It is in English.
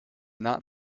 not